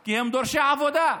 כי הם דורשי עבודה,